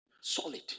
solid